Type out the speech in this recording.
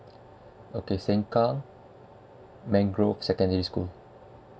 okay seng kang mangrove secondary school